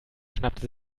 schnappte